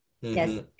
Yes